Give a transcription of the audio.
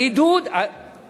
זה לא מטעם זה.